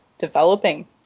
developing